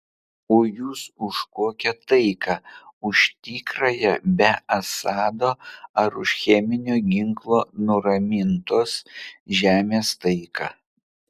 o jūs už kokią taiką už tikrąją be assado ar už cheminio ginklo nuramintos žemės taiką